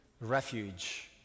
refuge